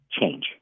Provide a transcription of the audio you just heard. change